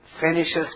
Finishes